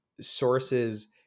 sources